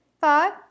five